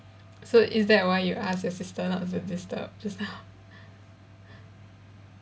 so is that why you ask your sister not to disturb just now